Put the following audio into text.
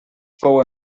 fou